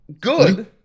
good